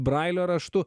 brailio raštu